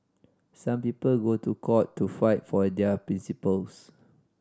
some people go to court to fight for their principles